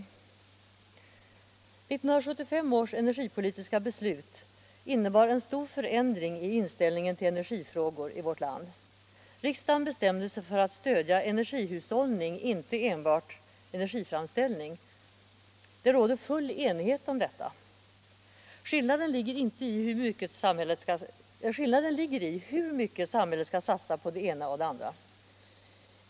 1975 års energipolitiska beslut innebar en stor förändring i inställningen till energifrågor i vårt land. Riksdagen bestämde sig för att stödja ener gihushållning, inte enbart energiframställning. Det råder full enighet om detta. Skillnaden ligger i hur mycket samhället skall satsa på det ena och det andra.